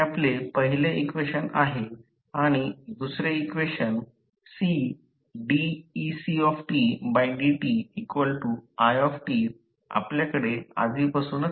हे आपले पहिले इक्वेशन आहे आणि दुसरे इक्वेशन Cdecdtit आपल्याकडे आधीपासूनच आहे